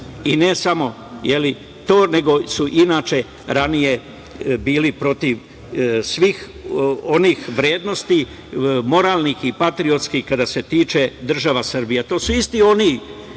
i ne samo to, nego su inače ranije bili protiv svih onih vrednosti moralnih i patriotskih koji se tiču države Srbije.